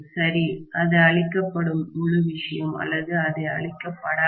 சரி அது அழிக்கப்படும் முழு விஷயம் அல்லது அது அழிக்கப்படாது